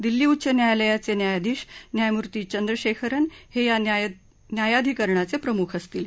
दिल्ली उच्च न्यायालयाचे न्यायाधीश न्यायमूर्ती चंद्रशेखरन हे या न्यायाधिकरणाचे प्रमुख असतील